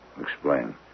Explain